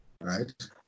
right